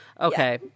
Okay